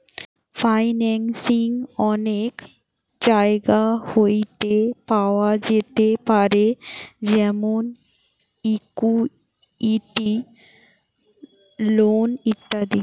financing অনেক জায়গা হইতে পাওয়া যেতে পারে যেমন ইকুইটি, লোন ইত্যাদি